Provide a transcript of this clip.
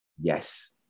Yes